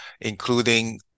including